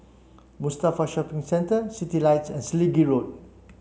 Mustafa Shopping Centre Citylights and Selegie Road